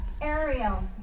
Ariel